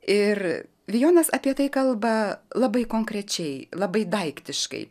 ir vijonas apie tai kalba labai konkrečiai labai daiktiškai